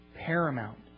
paramount